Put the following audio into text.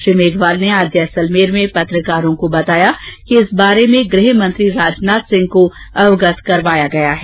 श्री मेघवाल ने आज जैसलमेर में पत्रकारों को बताया कि इस बारे में गृह मंत्री राजनाथ सिंह को अवगत करवाया गया है